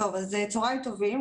צהרים טובים.